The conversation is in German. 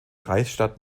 reichsstadt